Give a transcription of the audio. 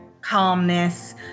calmness